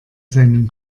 seinen